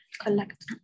Collect